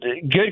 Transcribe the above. good